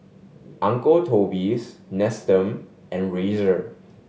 Uncle Toby's Nestum and Razer